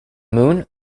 moon